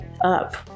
up